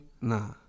nah